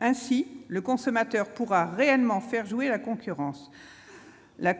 Ainsi, le consommateur pourra réellement faire jouer la concurrence. La